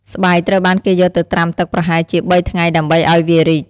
ស្បែកត្រូវបានគេយកទៅត្រាំទឹកប្រហែលជា ៣ ថ្ងៃ ដើម្បីឱ្យវារីក។